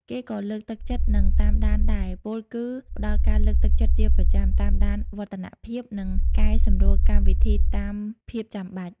គេក៏លើកទឹកចិត្ត និងតាមដានដែរ ពោលគឺ ផ្ដល់ការលើកទឹកចិត្តជាប្រចាំ តាមដានវឌ្ឍនភាព និងកែសម្រួលកម្មវិធីតាមភាពចាំបាច់។